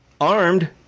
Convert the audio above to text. armed